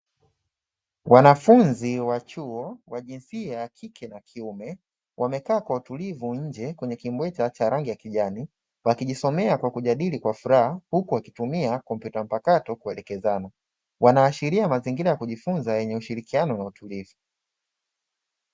Wanafunzi wa chuo wa jinsia ya kike na kiume wamekaa kwa utulivu nje kwenye kimbweta cha rangi ya kijani wakijisomea kwa kujadili kwa furaha huku wakitumia kompyuta mpakato kulekezana. Wanaashiria mazingira ya kujifunza yenye ushirikiano na utulivu.